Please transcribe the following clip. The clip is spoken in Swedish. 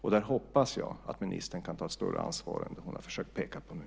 Jag hoppas att ministern kan ta ett större ansvar än det hon har försökt peka på nu.